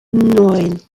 neun